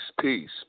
peace